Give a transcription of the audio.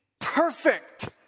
perfect